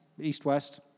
east-west